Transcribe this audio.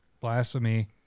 blasphemy